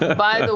by